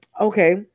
Okay